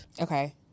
Okay